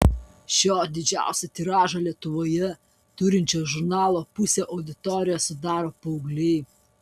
šio didžiausią tiražą lietuvoje turinčio žurnalo pusę auditorijos sudaro paaugliai